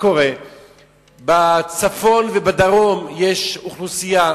בצפון ובדרום יש אוכלוסייה